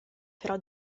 però